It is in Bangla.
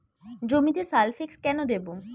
জমিতে সালফেক্স কেন দেবো?